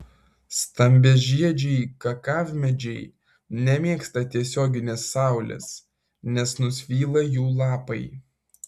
stambiažiedžiai kakavmedžiai nemėgsta tiesioginės saulės nes nusvyla jų lapai